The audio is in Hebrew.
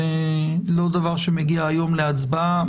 זה לא דבר שמגיע היום להצבעה.